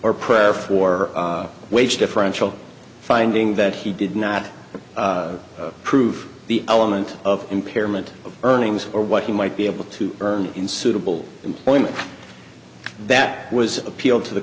or prayer for wage differential finding that he did not prove the element of impairment of earnings or what he might be able to earn in suitable employment that was appealed to the